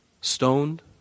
stoned